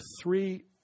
three